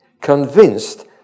convinced